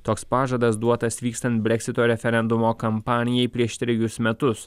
toks pažadas duotas vykstant breksito referendumo kampanijai prieš trejus metus